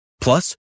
Plus